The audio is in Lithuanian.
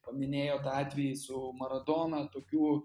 paminėjot tą atvejį savo maradona tokių